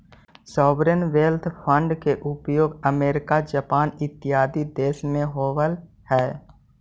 sovereign wealth fund के उपयोग America Japan इत्यादि देश में होवऽ हई